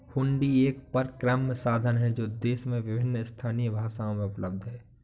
हुंडी एक परक्राम्य साधन है जो देश में विभिन्न स्थानीय भाषाओं में उपलब्ध हैं